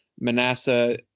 Manasseh